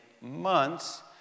months